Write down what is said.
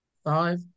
Five